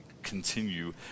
continue